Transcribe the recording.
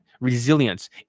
resilience